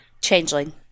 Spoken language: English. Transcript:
Changeling